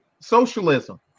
Socialism